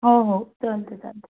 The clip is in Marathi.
हो हो चालते चालते